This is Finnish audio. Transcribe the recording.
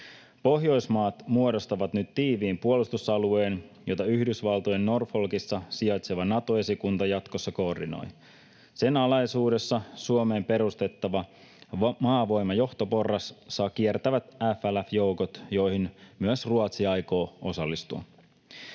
Pohjoismaat muodostavat nyt tiiviin puolustusalueen, jota Yhdysvaltojen Norfolkissa sijaitseva Nato-esikunta jatkossa koordinoi. Sen alaisuudessa Suomeen perustettava maavoimajohtoporras saa kiertävät FLF-joukot, joihin myös Ruotsi aikoo osallistua.